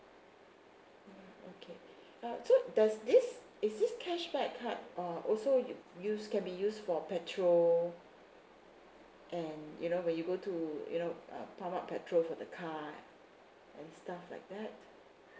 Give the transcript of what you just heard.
mm okay uh so does this is this cashback card uh also you use can be used for petrol and you know when you go to you know uh pump up petrol for the car and stuff like that